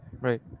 Right